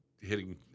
hitting